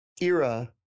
era